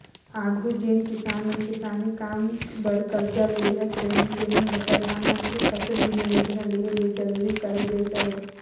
आघु जेन किसान मन किसानी काम बर करजा लेहत रहिन तेमन ल परधानमंतरी फसिल बीमा योजना लेहे ले जरूरी करल गइस अहे